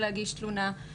הוא לא מספיק טוב.